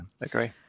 agree